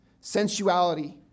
sensuality